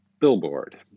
billboard